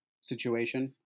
situation